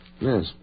Yes